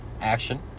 action